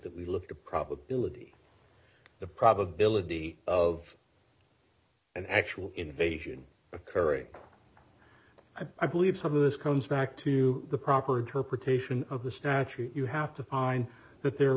that we look at a probability the probability of an actual invasion occurring i believe some of this comes back to the proper interpretation of the statute you have to find that there